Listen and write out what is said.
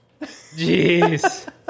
Jeez